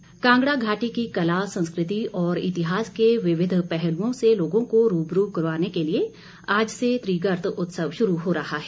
त्रिगर्त उत्सव कांगड़ा घाटी की कला संस्कृति और इतिहास के विविध पहलुओं से लोगों को रूबरू करवाने के लिए आज से त्रिगर्त उत्सव शुरू हो रहा है